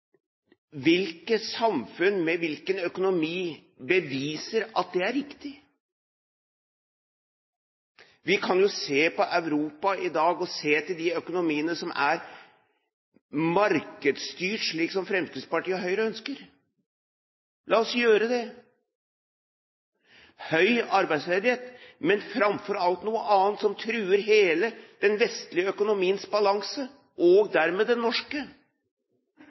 Hvilket samfunn, med hvilken økonomi, beviser at det er riktig? Vi kan jo se på Europa i dag, se til de økonomiene som er markedsstyrt, slik som Fremskrittspartiet og Høyre ønsker. La oss gjøre det: høy arbeidsledighet, men framfor alt noe som truer hele den vestlige økonomiens balanse, og dermed den norske,